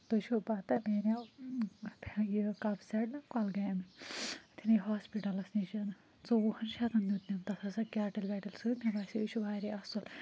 تۄہہِ چھُوا پَتہٕ مےٚ اَنیٛاو یہِ کَپ سٮ۪ٹ نا کۄلگامہِ یتنٕے ہاسپِٹَلَس نِش ژۄوُہَن شیٚتَن دیُت تٔمۍ تَتھ ٲسی سۄ کیٹٕل ویٹٕل سۭتۍ مےٚ باسٮ۪و یہِ چھُ واریاہ اَصٕل